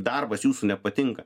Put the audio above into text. darbas jūsų nepatinka